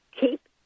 keep